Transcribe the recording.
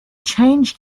change